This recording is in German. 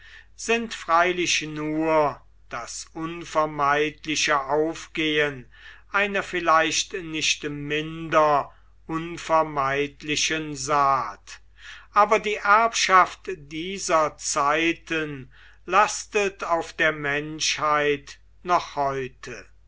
sind freilich nur das unvermeidliche aufgehen einer vielleicht nicht minder unvermeidlichen saat aber die erbschaft dieser zeiten lastet auf der menschheit noch heute